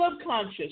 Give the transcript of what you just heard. subconscious